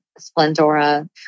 Splendora